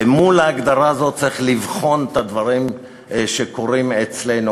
ומול ההגדרה הזאת צריכים לבחון את הדברים שקורים אצלנו,